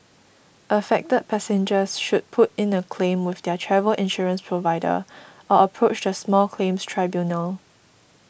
affected passengers should put in a claim with their travel insurance provider or approach the small claims tribunal